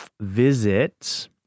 visit